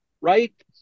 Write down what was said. Right